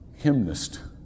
hymnist